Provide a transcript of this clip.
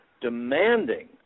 demanding